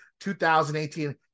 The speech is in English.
2018